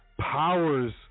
powers